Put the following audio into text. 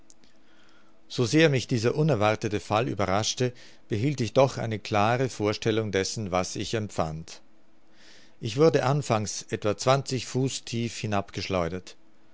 so sehr mich dieser unerwartete fall überraschte behielt ich doch eine klare vorstellung dessen was ich empfand ich wurde anfangs etwa zwanzig fuß tief